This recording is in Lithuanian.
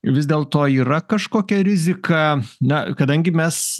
vis dėl to yra kažkokia rizika na kadangi mes